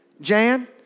Jan